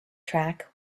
track